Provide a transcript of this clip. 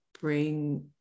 bring